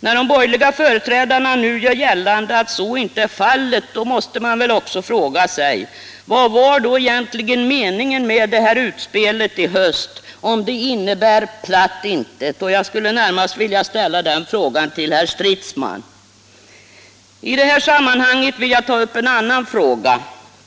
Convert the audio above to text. När de borgerliga företrädarna nu gör gällande att så inte är fallet, måste man väl också fråga sig: Vad var då egentligen meningen med utspelet i höst, om det innebär platt intet? Jag skulle närmast vilja ställa den frågan till herr Stridsman. I detta sammanhang vill jag ta upp en annan fråga.